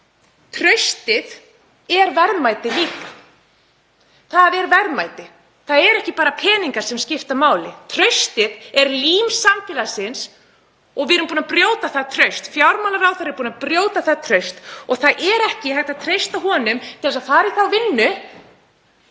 En traustið er verðmæti líka. Það er verðmæti. Það eru ekki bara peningar sem skipta máli. Traustið er lím samfélagsins og við erum búin að brjóta það traust. Fjármálaráðherra er búinn að brjóta það traust og það er ekki hægt að treysta honum til að fara í þá vinnu